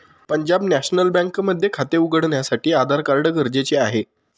Punjab national bank मध्ये खाते उघडण्यासाठी आधार कार्ड गरजेचे आहे